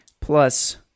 Plus